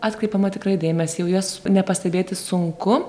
atkreipiama tikrai dėmesį jau jas nepastebėti sunku